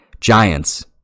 giants